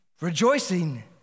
Rejoicing